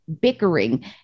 bickering